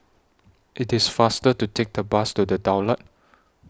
IT IS faster to Take The Bus to The Daulat